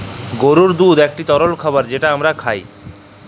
গরুর দুহুদ ইকট তরল খাবার যেট আমরা খাই